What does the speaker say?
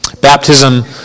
Baptism